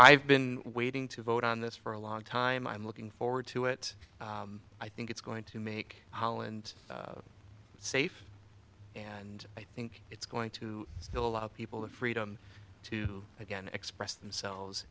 i've been waiting to vote on this for a long time i'm looking forward to it i think it's going to make holland safe and i think it's going to still allow people the freedom to again express themselves